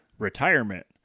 Retirement